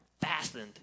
fastened